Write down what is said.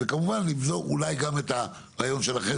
כמובן, לגזור אולי גם את הרעיון שלכם